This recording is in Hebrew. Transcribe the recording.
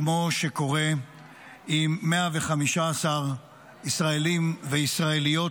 כמו שקורה אצל 115 ישראלים וישראליות.